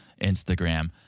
Instagram